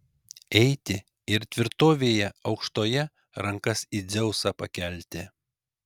eiti ir tvirtovėje aukštoje rankas į dzeusą pakelti